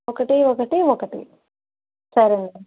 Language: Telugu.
ఒకటి ఒకటి ఒకటి